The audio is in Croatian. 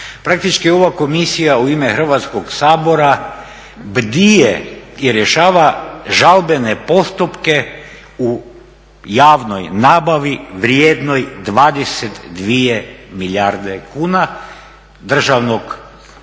Praktički ova komisija u ime Hrvatskog sabora bdije i rješava žalbene postupke u javnoj nabavi vrijednoj 22 milijarde kuna državnog novca,